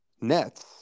Nets